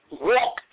walk